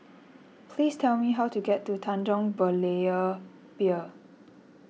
please tell me how to get to Tanjong Berlayer Pier